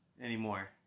anymore